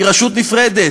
היא רשות נפרדת,